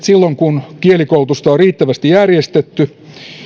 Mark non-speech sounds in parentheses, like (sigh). (unintelligible) silloin kun kielikoulutusta on riittävästi järjestetty